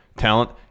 talent